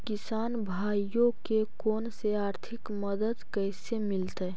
किसान भाइयोके कोन से आर्थिक मदत कैसे मीलतय?